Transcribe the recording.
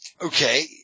okay